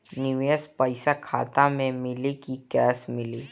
निवेश पइसा खाता में मिली कि कैश मिली?